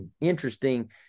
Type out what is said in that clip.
interesting